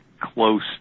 close